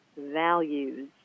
values